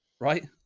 right?